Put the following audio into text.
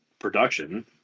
Production